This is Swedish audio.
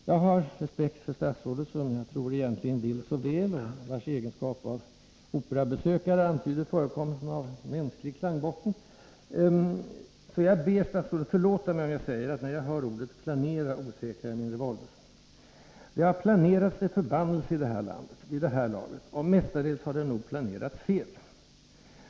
Jag har respekt för statsrådet, som jag tror egentligen vill så väl — och vars egenskap av operabesökare antyder förekomsten av en mänsklig klangbotten. Jag ber statsrådet förlåta mig om jag säger, att när jag hör ordet ”planera” osäkrar jag min revolver. Det har ”planerats” till förbannelse i det här landet, vid det här laget, och mestadels har det nog planerats fel.